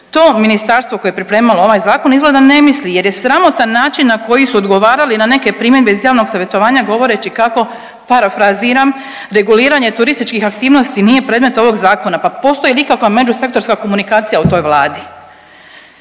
to ministarstvo koje je pripremalo ovaj zakon izgleda ne misli jer je sramotan način na koji su odgovarali na neke primjedbe iz javnog savjetovanja govoreći kako parafraziram, reguliranje turističkih aktivnosti nije predmet ovog zakona, pa postoji li ikakva međusektorska komunikacija u toj Vladi.